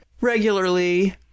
regularly